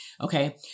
okay